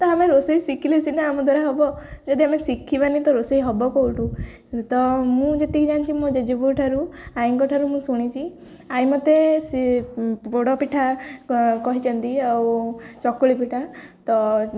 ତ ଆମେ ରୋଷେଇ ଶିଖିଲେ ସିନା ଆମ ଦ୍ୱାରା ହେବ ଯଦି ଆମେ ଶିଖିବାନି ତ ରୋଷେଇ ହେବ କେଉଁଠୁ ତ ମୁଁ ଯେତିକି ଜାଣିଛି ମୋ ଜେଜେ ବୋଉ ଠାରୁ ଆଈଙ୍କ ଠାରୁ ମୁଁ ଶୁଣିଛି ଆଈ ମୋତେ ସେ ପୋଡ଼ ପିଠା କହିଛନ୍ତି ଆଉ ଚକୁଳି ପିଠା ତ